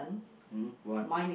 mm what